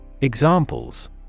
Examples